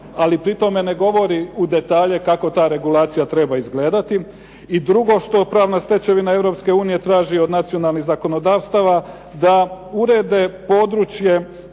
ali pri tome ne govori u detalje kako ta regulacija treba izgledati. I drugo što pravna stečevina Europske unije traži od nacionalnih zakonodavstava, da urede područje